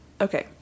okay